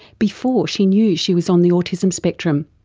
before she knew she was on the autism spectrum.